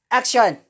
action